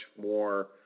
more